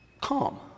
calm